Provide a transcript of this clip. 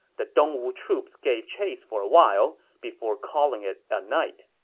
the dongwu troops gave chase for a while before calling it a night